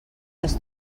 les